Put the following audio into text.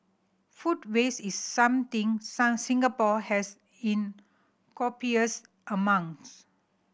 food waste is something Singapore has in copious amounts